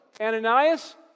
Ananias